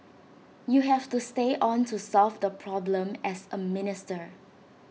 you have to stay on to solve the problem as A minister